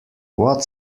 what